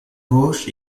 gauche